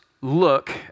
look